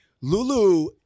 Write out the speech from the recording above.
lulu